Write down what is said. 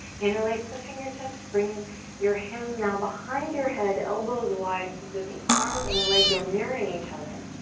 interlace the fingertips, bring your hands now behind your head, elbows wide so that the arms and the legs are mirroring each other.